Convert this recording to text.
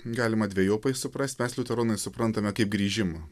galima dvejopai suprast mes liuteronai suprantame kaip grįžimą